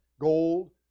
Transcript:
gold